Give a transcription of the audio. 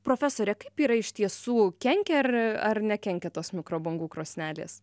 profesore kaip yra iš tiesų kenkia ir ar nekenkia tos mikrobangų krosnelės